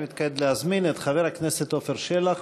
אני מתכבד להזמין את חבר הכנסת עפר שלח.